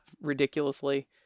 ridiculously